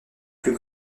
plus